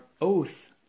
oath